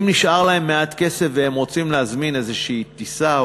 אם נשאר להם מעט כסף והם רוצים להזמין איזושהי טיסה,